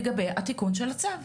לגבי התיקון של הצו.